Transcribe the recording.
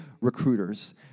recruiters